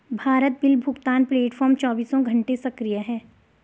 Bharat bill भुगतान platform चौबीसों घंटे सक्रिय है